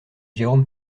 jérôme